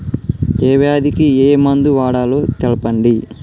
ఏ వ్యాధి కి ఏ మందు వాడాలో తెల్పండి?